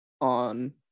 on